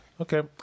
Okay